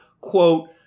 quote